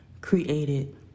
created